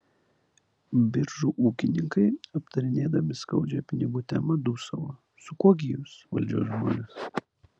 biržų ūkininkai aptarinėdami skaudžią pinigų temą dūsavo su kuo gi jūs valdžios žmonės